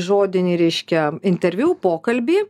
žodinį reiškia interviu pokalbį